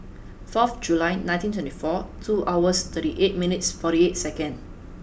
fourth July nineteen twenty four two hours thirty eight minutes forty eight second